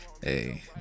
Hey